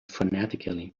frantically